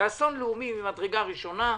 זה אסון לאומי ממדרגה ראשונה,